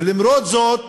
ולמרות זאת,